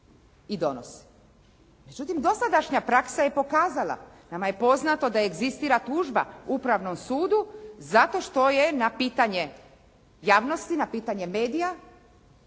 i donosi. Međutim, dosadašnja praksa je pokazala, nama je poznato da egzistira tužba upravnom sudu zato što je na pitanje javnosti, na pitanje medija